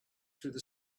through